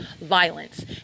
violence